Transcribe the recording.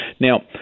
Now